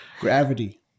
Gravity